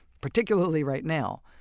particularly right now!